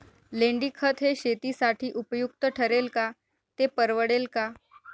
लेंडीखत हे शेतीसाठी उपयुक्त ठरेल का, ते परवडेल का?